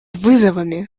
вызовами